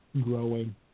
growing